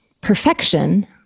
perfection